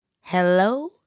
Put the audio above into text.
Hello